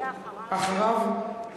ואחריו?